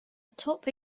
atop